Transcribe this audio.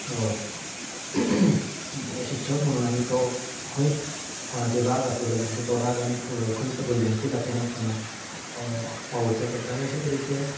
शिक्षक म्हणून आमी तो खंयच कोणाचेर राग आसलो जाल्यार पसून तो राग आमी ख खंयच भुरग्यांचेर दाखयनासतना वावुरचें पडटा आनी अशें तरेचें